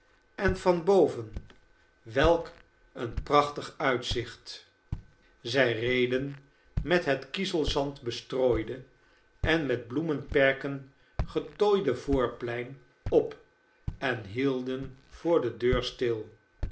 en van boven welk een prachtig uitzicht zij reden het met kiezelzand bestrooide en met bloemperken getooide voorplein op en hielden voor de deur stil